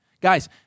guys